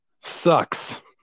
sucks